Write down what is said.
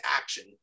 action